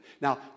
Now